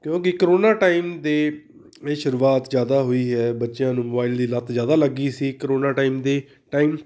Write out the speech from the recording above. ਕਿਉਂਕਿ corona time ਦੇ ਸ਼ੁਰੂਆਤ ਜ਼ਿਆਦਾ ਹੋਈ ਹੈ ਬੱਚਿਆਂ ਨੂੰ ਮੋਬਾਈਲ ਦੀ ਲੱਤ ਜ਼ਿਆਦਾ ਲੱਗ ਗਈ ਸੀ ਕਰੋਨਾ ਟਾਈਮ ਦੀ ਟਾਈਮ